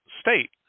state